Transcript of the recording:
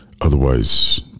Otherwise